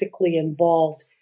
involved